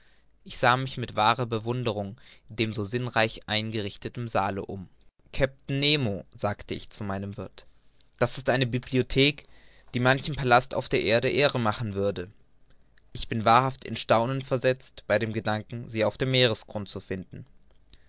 ich sah mich mit wahrer bewunderung in dem so sinnreich eingerichteten saale um kapitän nemo sagte ich zu meinem wirth das ist eine bibliothek die manchem palast auf der erde ehre machen würde ich bin wahrhaft in staunen versetzt bei dem gedanken sie auf dem meeresgrund zu finden